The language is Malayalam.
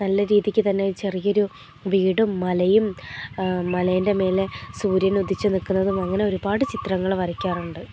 നല്ല രീതിക്ക് തന്നെ ചെറിയൊരു വീടും മലയും മലേൻ്റെ മേലെ സൂര്യൻ ഉദിച്ച് നിൽക്കുന്നതും അങ്ങനെ ഒരുപാട് ചിത്രങ്ങൾ വരയ്ക്കാറുണ്ട്